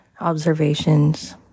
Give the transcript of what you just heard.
observations